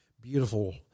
Beautiful